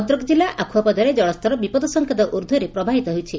ଭଦ୍ରକ ଜିଲ୍ଲ ଆଖ୍ରଆପଦାରେ ଜଳସ୍ତର ବିପଦ ସଂକେତ ଉର୍କ୍କ୍ରେ ପ୍ରବାହିତ ହେଉଛି